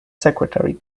secretary